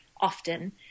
Often